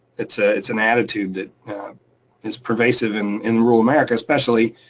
it's ah it's an attitude that is pervasive in in rural america, especially.